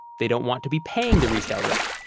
they don't want to be paying the retail rate,